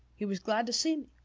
he was glad to see me.